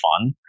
fun